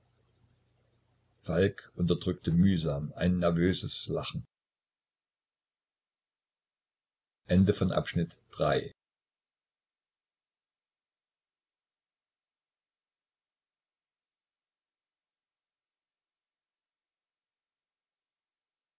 falk unterdrückte mühsam ein nervöses lachen